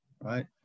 Right